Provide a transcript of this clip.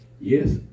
yes